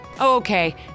Okay